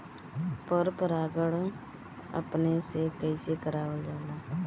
पर परागण अपने से कइसे करावल जाला?